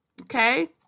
Okay